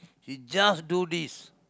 he just do this